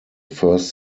first